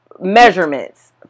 measurements